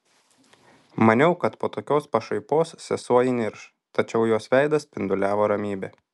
maniau kad po tokios pašaipos sesuo įnirš tačiau jos veidas spinduliavo ramybe